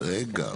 רגע, רגע.